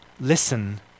listen